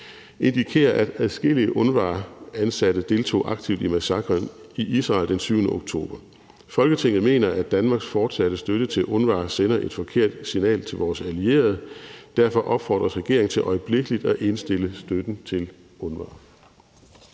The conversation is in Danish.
indikerer, at adskillige UNRWA-ansatte deltog aktivt i massakren i Israel den 7. oktober. Folketinget mener, at Danmarks fortsatte støtte til UNRWA sender et forkert signal til vores allierede. Derfor opfordres regeringen til øjeblikkelig at indstille støtten til UNRWA.«